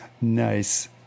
Nice